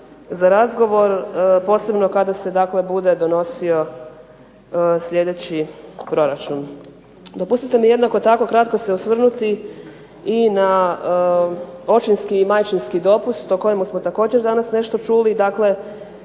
za razgovor, posebno kada se dakle bude donosio sljedeći proračun. Dopustite mi jednako tako kratko se osvrnuti i na očinski i majčinski dopust o kojemu smo također danas nešto čuli dakle,